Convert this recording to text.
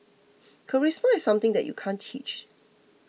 charisma is something that you can't teach